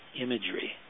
imagery